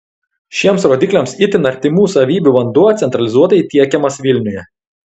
šiems rodikliams itin artimų savybių vanduo centralizuotai tiekiamas vilniuje